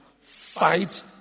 Fight